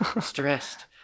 Stressed